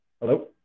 Hello